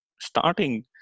starting